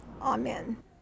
amen